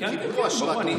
הם קיבלו אשרת עולה.